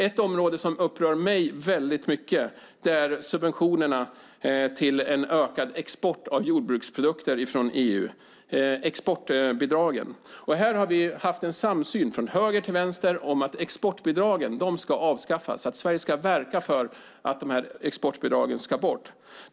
Ett område som upprör mig är subventionerna till en ökad export av jordbruksprodukter från EU, exportbidragen. Vi har haft en samsyn från höger till vänster om att exportbidragen ska avskaffas. Sverige ska verka för att dessa exportbidrag ska bort.